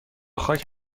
خاک